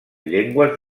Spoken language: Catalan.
llengües